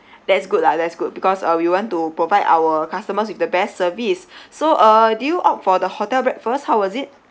that's good lah that's good because uh we want to provide our customers with the best service so uh did you opt for the hotel breakfast how was it